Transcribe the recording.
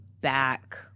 back